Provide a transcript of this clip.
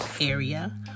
area